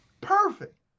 perfect